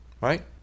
right